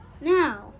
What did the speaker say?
now